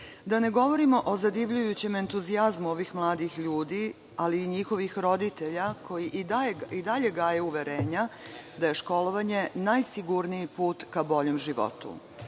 Da ne govorimo o zadivljujućem entuzijazmu ovih mladih ljudi, ali i njihovih roditelja koji i dalje gaje uverenja da je školovanje najsigurniji put ka boljem životu,